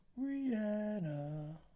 Rihanna